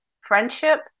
friendship